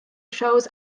shows